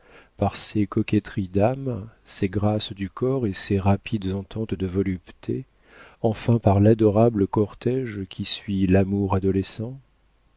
par ces coquetteries d'âme ces grâces du corps et ces rapides ententes de volupté enfin par l'adorable cortége qui suit l'amour adolescent